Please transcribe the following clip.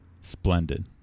splendid